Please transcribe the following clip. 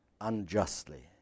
unjustly